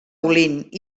olint